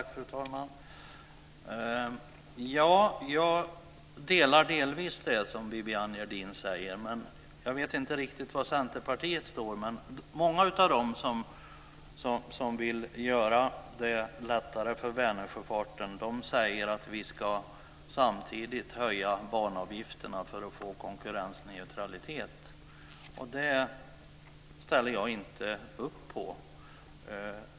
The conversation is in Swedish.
Fru talman! Jag instämmer delvis i det som Viviann Gerdin säger. Men jag vet inte riktigt var Centerpartiet står. Många av dem som vill underlätta för Vänersjöfarten säger att man samtidigt ska höja banavgifterna för att det ska bli konkurrensneutralitet. Det ställer jag inte upp på.